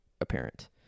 apparent